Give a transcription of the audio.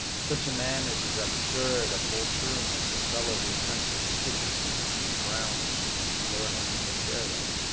such a man is as absurd a poltroon as the fellow who shrinks from kissing a woman on the ground that she may floor him with a chair leg.